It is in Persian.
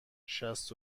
شصت